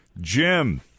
Jim